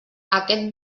aquest